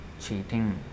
cheating